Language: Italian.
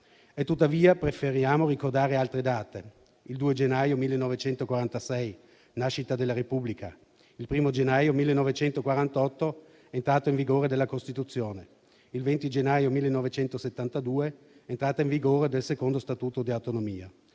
tuttavia preferiamo ricordare altre date: il 2 giugno 1946, nascita della Repubblica; il 1° gennaio 1948, entrata in vigore della Costituzione; il 20 gennaio 1972, entrata in vigore del secondo Statuto di autonomia.